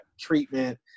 treatment